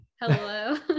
hello